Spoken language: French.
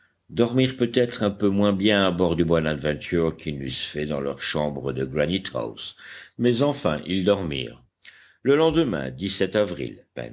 dormirent peut-être un peu moins bien à bord du bonadventure qu'ils n'eussent fait dans leurs chambres de granite house mais enfin ils dormirent le lendemain avril